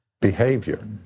Behavior